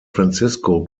francisco